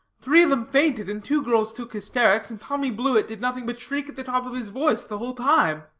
three of them fainted, and two girls took hysterics, and tommy blewett did nothing but shriek at the top of his voice the whole time.